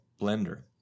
blender